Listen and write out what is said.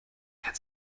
kann